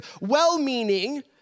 well-meaning